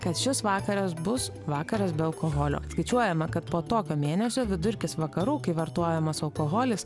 kad šis vakaras bus vakaras be alkoholio skaičiuojama kad po tokio mėnesio vidurkis vakarų kai vartojamas alkoholis